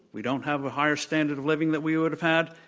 we don't have a higher standing living that we would have had,